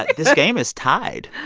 this game is tied.